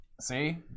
See